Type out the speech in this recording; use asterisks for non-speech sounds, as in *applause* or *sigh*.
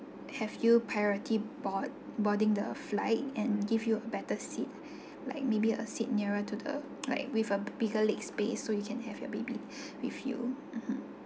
have you priority board boarding the flight and give you a better seat like maybe a seat nearer to the like with a bigger leg space so you can have your baby *breath* with you mmhmm